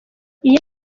iyi